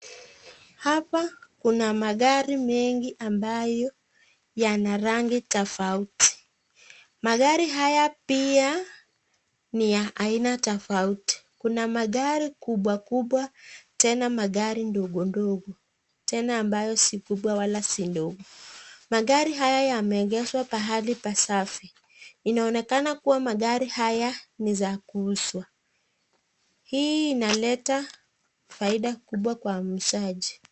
Hapa kuna magari mengi ambayo yana rangi tofauti. Magari haya pia ni ya haina tofauti. Kuna magari kubwa kubwa, tena magari ndogo ndogo, tena ambayo si kubwa wala si ndogo. Magari haya yameegezwa mahali pasafi. Inaonekana kuwa magari haya ni za kuuzwa. Hii inaleta faida kubwa kwa muuzaji.